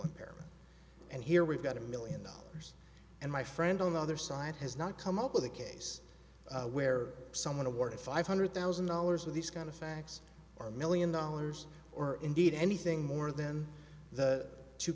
impairment and here we've got a million dollars and my friend on the other side has not come up with a case where someone awarded five hundred thousand dollars with these kind of facts or million dollars or indeed anything more than the two